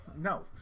No